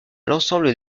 l’ensemble